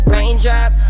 Raindrop